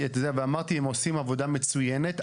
ואמרתי שהם עושים עבודה מצוינת,